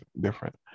different